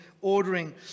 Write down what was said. ordering